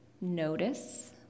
notice